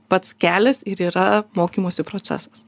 pats kelias ir yra mokymosi procesas